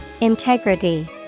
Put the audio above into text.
Integrity